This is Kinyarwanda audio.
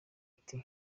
ati